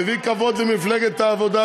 מביא כבוד למפלגת העבודה,